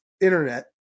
internet